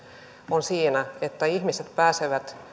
on siinä että ihmiset pääsevät